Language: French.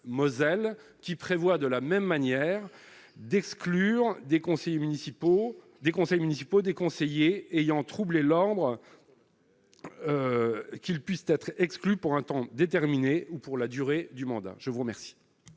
qui prévoit de la même manière d'exclure des conseillers municipaux, des conseils municipaux, des conseillers ayant troublé l'ordre qu'ils puissent être exclu pour un temps déterminé ou pour la durée du mandat, je vous remercie.